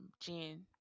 Jen